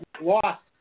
lost